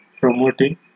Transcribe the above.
promoting